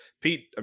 Pete